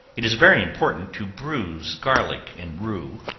it is very important to bruise garlic and rue,